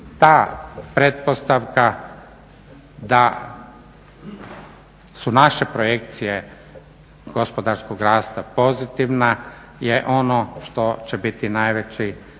ta pretpostavka da su naše projekcije gospodarskog rasta pozitivne je ono što će biti najveći